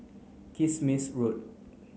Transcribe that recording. Kismis Road